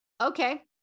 Okay